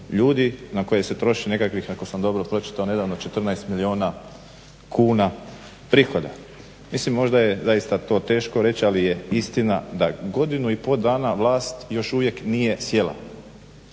na koje se troši nekakvih ako sam dobro pročitao nedavno 14 milijuna kuna prihoda. Mislim možda je zaista to teško reći, ali je istina da godinu i pol dana vlast još uvijek nije sjela.